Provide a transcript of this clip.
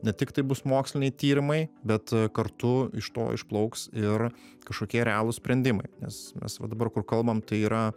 ne tiktai bus moksliniai tyrimai bet kartu iš to išplauks ir kažkokie realūs sprendimai nes mes va dabar kur kalbam tai yra